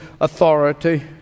authority